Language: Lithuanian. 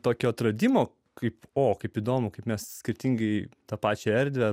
tokio atradimo kaip o kaip įdomu kaip mes skirtingai tą pačią erdvę